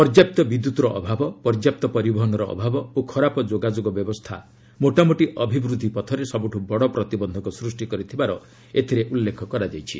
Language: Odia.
ପର୍ଯ୍ୟାପ୍ତ ବିଦ୍ୟୁତ୍ର ଅଭାବ ପର୍ଯ୍ୟାପ୍ତ ପରିବହନର ଅଭାବ ଓ ଖରାପ ଯୋଗାଯୋଗ ବ୍ୟବସ୍ଥା ମୋଟାମୋଟି ଅଭିବୃଦ୍ଧି ପଥରେ ସବୁଠୁ ବଡ଼ ପ୍ରତିବନ୍ଧକ ସୃଷ୍ଟି କରିଥିବାର ଏଥିରେ ଉଲ୍ଲେଖ କରାଯାଇଛି